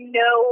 no